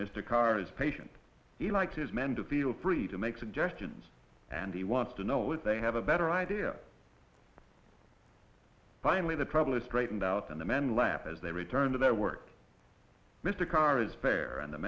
mr karr's patient he likes his men to feel free to make suggestions and he wants to know if they have a better idea finally the problem straightened out and the men laugh as they return to their work mr car is bare and the